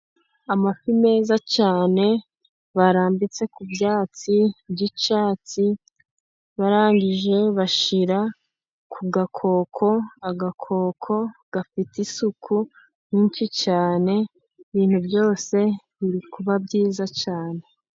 Amafi meza cyane barambitse ku byatsi by'icyatsi, barangije bashyira ku gakoko agakoko gafite isuku nyinshi cyane ibintu byose birikuba byiza cyane.